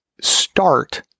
start